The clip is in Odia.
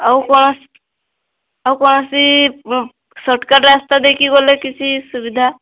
ଆଉ କ'ଣ ଆଉ କୌଣସି ସର୍ଟକଟ୍ ରାସ୍ତା ଦେଇକି ଗଲେ କିଛି ସୁବିଧା